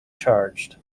charged